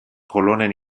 kolonen